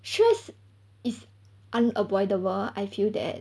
stress is unavoidable I feel that